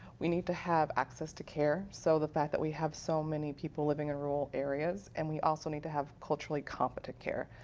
we need to have access to care. so the fact that we have so many people living in rural areas and also need to have culturally competent care.